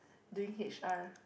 doing H_R